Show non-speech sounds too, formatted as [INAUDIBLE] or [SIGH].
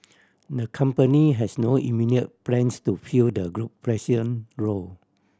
the company has no immediate plans to fill the group [UNINTELLIGIBLE] role